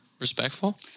Respectful